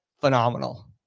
phenomenal